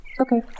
Okay